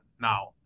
Now